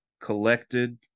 collected